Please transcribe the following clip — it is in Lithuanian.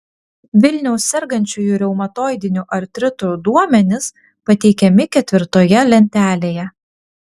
vilniaus sergančiųjų reumatoidiniu artritu duomenys pateikiami ketvirtoje lentelėje